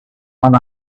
one